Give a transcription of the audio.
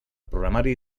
programari